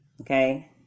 Okay